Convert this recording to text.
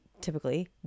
typically